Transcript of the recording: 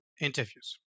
interviews